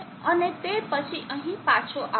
અને તે પછી અહીં પાછો આવશે ટ્રાન્સફોર્મરના સેકન્ડરી માં